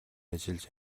ажиллаж